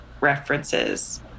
references